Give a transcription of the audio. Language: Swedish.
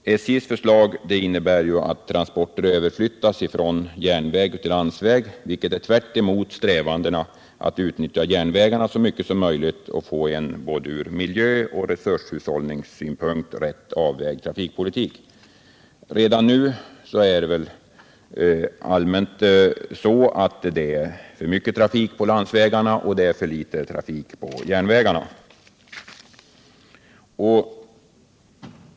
SJ:s förslag innebär att transporter överflyttas från järnväg till landsväg, vilket är tvärtemot strävandena att utnyttja järnvägarna så mycket som möjligt och få en ur både miljöoch resurshushållningssynpunkt avvägd trafikpolitik. Redan nu är det allmänt för mycket trafik på landsvägarna och för litet trafik på järnvägarna.